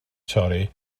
torri